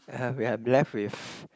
um we are left with